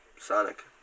Sonic